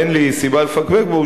ואין לי סיבה לפקפק בו,